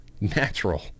natural